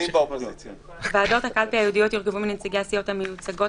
ייעודית (א)ועדות הקלפי הייעודיות יורכבו מנציגי הסיעות המיוצגות